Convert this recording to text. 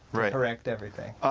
correct everything.